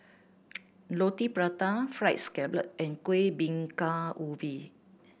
Roti Prata Fried Scallop and Kueh Bingka Ubi